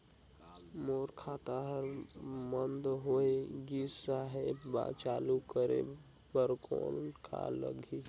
मोर खाता हर बंद होय गिस साहेब चालू करे बार कौन का लगही?